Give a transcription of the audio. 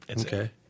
Okay